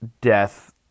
death